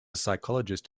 psychologist